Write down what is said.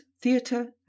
Theatre